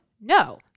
No